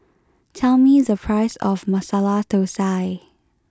tell me the price of Masala Thosai